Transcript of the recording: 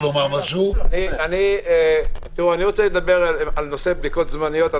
אני רוצה לדבר על נושא בדיקות זמניות.